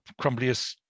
crumbliest